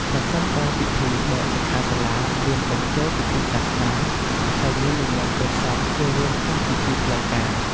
ប្រសិនបើពិធីបើកសិក្ខាសាលាមានបញ្ចូលពិធីសាសនា ហើយមាននិមន្តព្រះសង្ឃចូលរួមក្នុងពិធីផ្លូវការ។